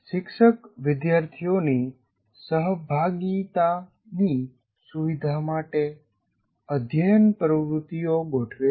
શિક્ષક વિદ્યાર્થીઓની સહભાગિતાની સુવિધા માટે અધ્યયન પ્રવૃત્તિઓ ગોઠવે છે